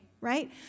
right